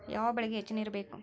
ಯಾವ ಬೆಳಿಗೆ ಹೆಚ್ಚು ನೇರು ಬೇಕು?